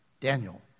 Daniel